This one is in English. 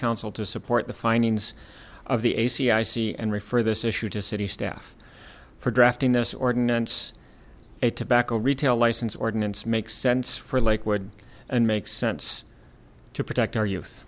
council to support the findings of the aci c and refer this issue to city staff for drafting this ordinance a tobacco retail license ordinance makes for lakewood and makes sense to protect our youth